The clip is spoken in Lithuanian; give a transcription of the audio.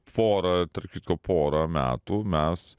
pora tarp kitko pora metų mes